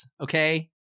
Okay